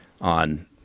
on